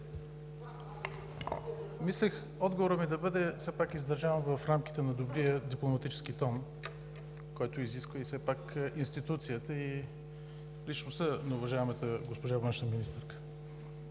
Мислех отговорът ми да бъде все пак издържан в рамките на добрия дипломатически тон, който изисква и институцията, и личността на уважаемата госпожа външна министърка.